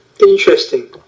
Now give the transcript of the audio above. Interesting